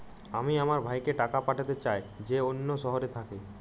আমি আমার ভাইকে টাকা পাঠাতে চাই যে অন্য শহরে থাকে